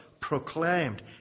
proclaimed